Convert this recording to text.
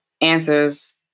answers